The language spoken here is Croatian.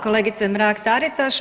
kolegice Mrak-Taritaš.